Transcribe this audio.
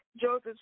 Joseph